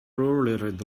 hollered